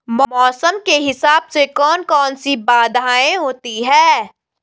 मौसम के हिसाब से कौन कौन सी बाधाएं होती हैं?